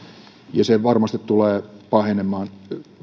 ja se varmasti tulee pahenemaan